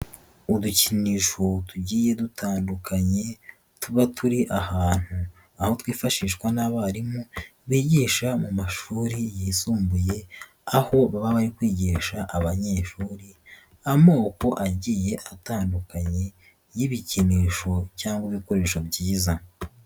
Udukinisho tugiye dutandukanye tuba turi ahantu, aho twifashishwa n'abarimu bigisha mu mashuri yisumbuye, aho baba bari kwigisha abanyeshuri amoko agiye atandukanye y'ibikinisho cyangwa ibikoresho byiza.